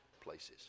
places